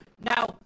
Now